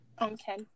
Okay